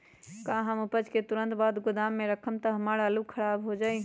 का हम उपज के तुरंत बाद गोदाम में रखम त हमार आलू खराब हो जाइ?